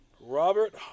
Robert